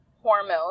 hormone